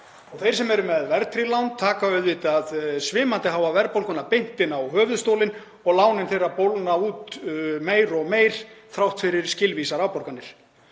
þeir sem eru með verðtryggð lán taka svimandi háa verðbólguna beint inn á höfuðstólinn og lánin þeirra bólgna meira og meira út þrátt fyrir skilvísar afborganir.